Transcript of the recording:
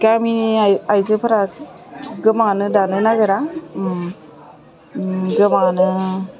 गामिनि आइजोफोरा गोबाङानो दानो नागिरा गोबाङानो